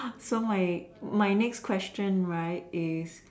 so like my next question right is